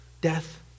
death